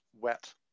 wet